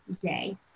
day